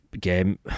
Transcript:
game